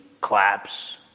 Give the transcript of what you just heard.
claps